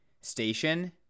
station